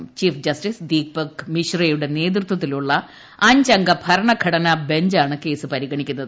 പ്ലൂഷ് justice Deepak മിശ്രയുടെ നേതൃത്വത്തിലുള്ള അഞ്ചംഗ ഭരണഘടനാ ബെഞ്ചാണ് കേസ് പരിഗണിക്കുന്നത്